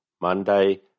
Monday